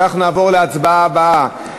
עכשיו אנחנו נעבור להצבעה הבאה,